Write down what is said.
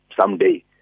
someday